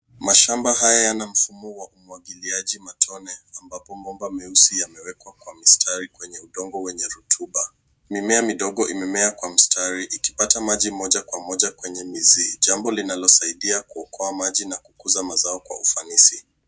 Mashamba haya yana mfumo wa umwagiliaji matone ambapo bomba meusi yamewekwa kwa mstari kwenye udongo wenye rotuba. Mimea midogo imemea kwa mstari ikipata maji moja kwa moja kwenye mizizi. Jambo linalosaidia kuokoa maji na kukuza mazao kwa ufanisi.